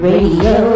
Radio